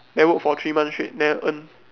then work for three months straight then earn